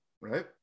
right